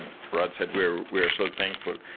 rod said, we are we are so thankful.